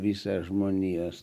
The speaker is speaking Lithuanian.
visą žmonijos